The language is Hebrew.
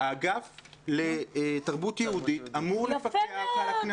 האגף לתרבות יהודית אמור לפקח על --- יפה מאוד,